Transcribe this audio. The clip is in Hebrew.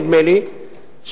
נדמה לי,